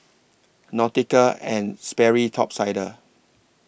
Nautica and Sperry Top Sider